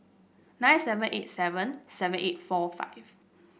nine seven eight seven seven eight four five